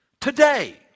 today